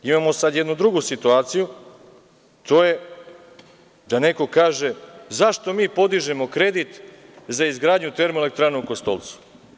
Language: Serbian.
Sada imamo jednu drugu situaciju, to je da neko kaže – zašto mi podižemo kredit za izgradnju termoelektrane u Kostolcu?